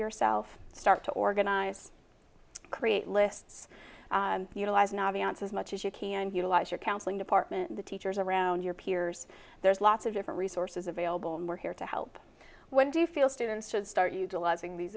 yourself start to organize create lists utilize navi outs as much as you can utilize your counseling department to teachers around your peers there's lots of different resources available and we're here to help when do you feel students should start utilizing these